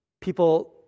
people